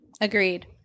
Agreed